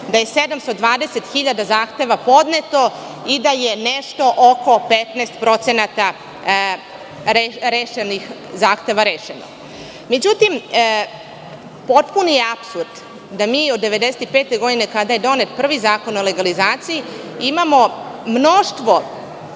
da je 720.000 zahteva podneto i da je nešto oko 15% zahteva rešeno.Međutim, potpuni je apsurd da mi od 1995. godine, kada je donet prvi Zakon o legalizaciji, imamo mnoštvo